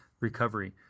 Recovery